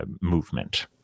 movement